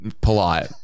polite